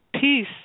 peace